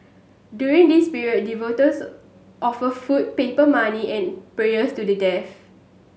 during this period offer food paper money and prayers to the dead